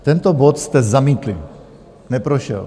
Tento bod jste zamítli, neprošel.